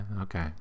okay